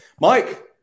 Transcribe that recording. Mike